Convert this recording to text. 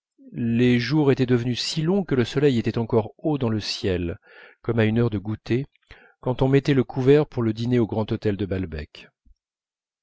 les jours étaient devenus si longs que le soleil était encore haut dans le ciel comme à une heure de goûter quand on mettait le couvert pour le dîner au grand hôtel de balbec